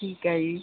ਠੀਕ ਹੈ ਜੀ